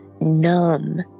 numb